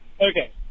okay